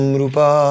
rupa